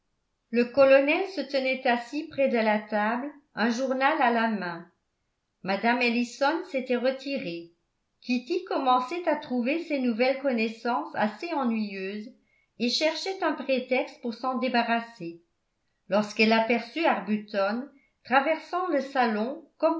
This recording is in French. le colonel se tenait assis près de la table un journal à la main mme ellison s'était retirée kitty commençait à trouver ses nouvelles connaissances assez ennuyeuses et cherchait un prétexte pour s'en débarrasser lorsqu'elle aperçut arbuton traversant le salon